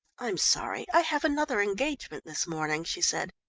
i'm sorry i have another engagement this morning, she said.